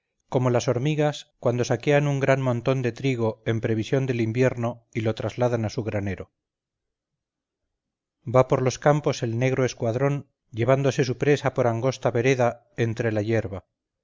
como las hormigas cuando saquean un gran montón de trigo en previsión del invierno y lo trasladan a su granero va por los campos el negro escuadrón llevándose su presa por angosta vereda entre la hierba